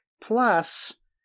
plus